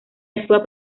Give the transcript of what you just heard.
actúa